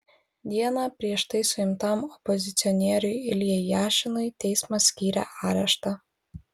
dieną prieš tai suimtam opozicionieriui iljai jašinui teismas skyrė areštą